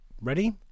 ready